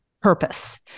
purpose